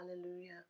hallelujah